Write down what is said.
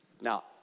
Now